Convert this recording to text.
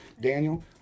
Daniel